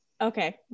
Okay